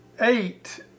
eight